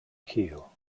keel